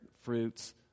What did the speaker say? fruits